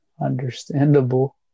Understandable